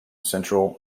central